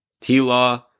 T-Law